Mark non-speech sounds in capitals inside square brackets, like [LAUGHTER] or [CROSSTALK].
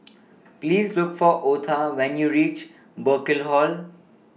[NOISE] Please Look For Otha when YOU REACH Burkill Hall